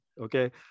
okay